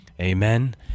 Amen